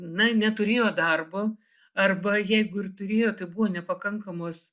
na neturėjo darbo arba jeigu ir turėjo tai buvo nepakankamos